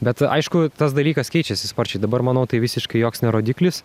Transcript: bet aišku tas dalykas keičiasi sparčiai dabar manau tai visiškai joks ne rodiklis